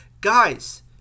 guys